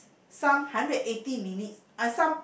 some hundred and eighty minutes and some